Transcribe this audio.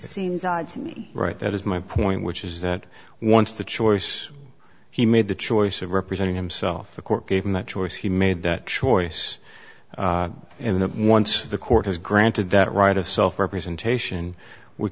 seems odd to me right that is my point which is that once the choice he made the choice of representing himself the court gave him that choice he made that choice and then once the court has granted that right of self representation we